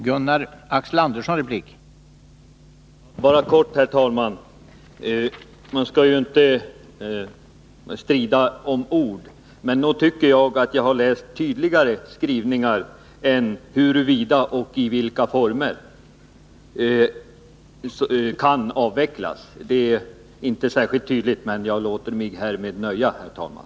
Herr talman! Bara kort: Man skall ju inte strida om ord. Men nog tycker jagatt jag har läst tydligare skrivningar än dem som går ut på ”huruvida och i vilka former” detta kan avvecklas. Det är inte särskilt tydligt. Men jag låter mig härmed nöja, herr talman.